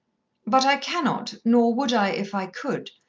but i cannot, nor would i if i could,